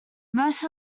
most